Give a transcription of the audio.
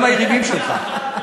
גם היריבים שלך.